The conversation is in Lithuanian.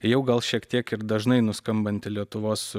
jau gal šiek tiek ir dažnai nuskambanti lietuvos